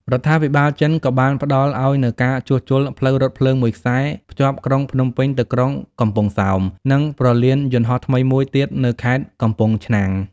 រដ្ឋាភិបាលចិន ក៏បានផ្តល់ឱ្យនូវការជួសជុលផ្លូវរថភ្លើងមួយខ្សែភ្ជាប់ក្រុងភ្នំពេញទៅក្រុងកំពង់សោម និងព្រលានយន្តហោះថ្មីមួយទៀតនៅខេត្តកំពង់ឆ្នាំង។